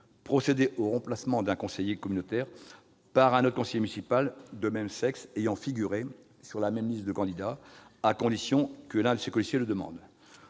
procéder au remplacement d'un conseiller communautaire par un autre conseiller municipal du même sexe ayant figuré sur la même liste de candidats, à condition que l'un de ses colistiers le demande.